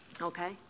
Okay